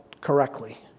correctly